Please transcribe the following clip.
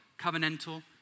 covenantal